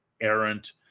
errant